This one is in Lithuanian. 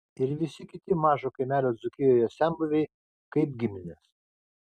ir visi kiti mažo kaimelio dzūkijoje senbuviai kaip giminės